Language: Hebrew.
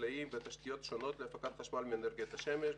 חקלאיים ותשתיות שונות להפקת חשמל מאנרגיית השמש.